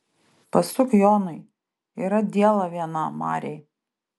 pasuk jonui yra diela viena marėj